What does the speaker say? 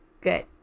Good